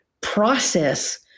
process